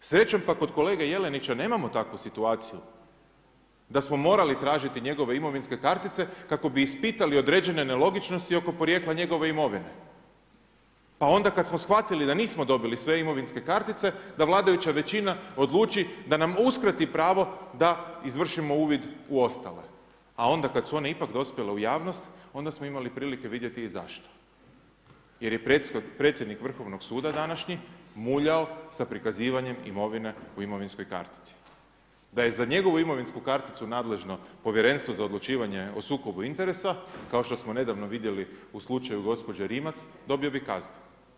Srećom pa kod kolege Jelenića nemamo takvu situaciju dasmo morali tražiti njegove imovinske kartice kako bi ispitali određene nelogičnosti oko porijekla njegove imovine pa onda kad smo shvatili da nismo dobili sve imovinske kartice, da vladajuća većina odluči da nam uskrati pravo da izvršimo uvid u ostale a onda kad su one ipak dospjele u javnost, onda smo imali prilike vidjeti i zašto jer je predsjednik Vrhovnog suda današnji muljao sa prikazivanjem imovine u imovinskoj kartici, da je za njegovu imovinsku karticu nadležno Povjerenstvo za odlučivanje o sukobu interesa kao što smo nedavno vidjeli u slučaju gospođe Rimac, dobio bi kaznu.